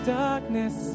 darkness